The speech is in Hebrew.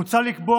מוצע לקבוע,